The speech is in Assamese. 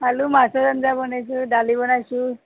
আলু মাছৰ আঞ্জা বনাইছোঁ দালি বনাইছোঁ